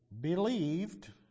believed